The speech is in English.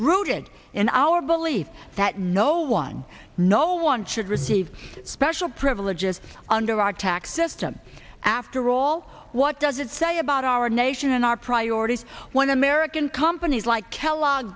rooted in our belief that no one no one should receive special privileges under our tax system after all what does it say about our nation and our priorities when american companies like kellogg